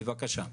בבקשה.